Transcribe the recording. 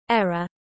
error